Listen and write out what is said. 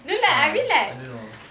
uh I don't know